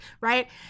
right